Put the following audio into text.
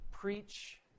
Preach